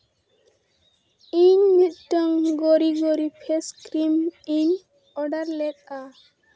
ᱤᱧ ᱢᱤᱫᱴᱟᱝ ᱜᱚᱨᱤᱼᱜᱚᱨᱤ ᱯᱷᱮᱥ ᱠᱨᱤᱢ ᱤᱧ ᱚᱰᱟᱨ ᱞᱮᱫᱼᱟ